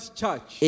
church